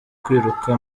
kwiruka